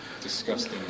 disgusting